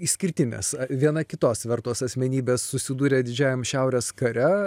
išskirtinės viena kitos vertos asmenybės susidūrė didžiajam šiaurės kare